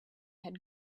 had